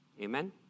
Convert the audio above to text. amen